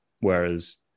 Whereas